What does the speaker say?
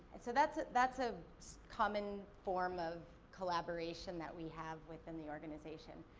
and so, that's that's a common form of collaboration that we have within the organization.